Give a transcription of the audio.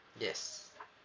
yes